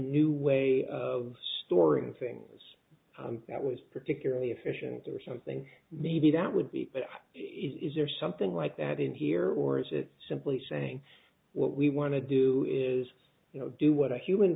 new way of storing things that was particularly efficient or something maybe that would be but is there something like that in here or is it simply saying what we want to do is you know do what a human